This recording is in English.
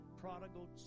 prodigal